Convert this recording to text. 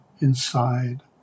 inside